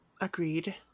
agreed